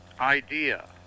idea